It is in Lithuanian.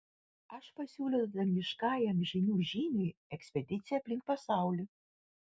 aš pasiūliau dangiškajam žynių žyniui ekspediciją aplink pasaulį